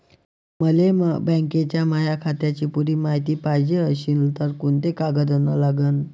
मले बँकेच्या माया खात्याची पुरी मायती पायजे अशील तर कुंते कागद अन लागन?